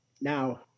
now